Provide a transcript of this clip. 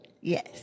Yes